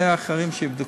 את זה שהאחרים יבדקו.